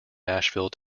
nashville